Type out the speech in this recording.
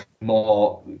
more